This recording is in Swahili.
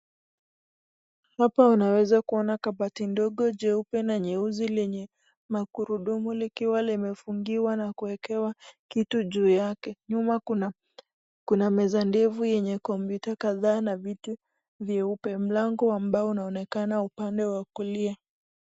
Hapa naweza kuona kabati ndogo jeupe na nyeusi lenye magurudumu na likiwa limefungiwa na kuwekewa kitu juu yake nyuma kuna meza ndefu yenye (cs) computer (cs) kadhaa na vitu vieupe, mlango ambao unaonekana upande wa kulia.